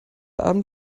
abend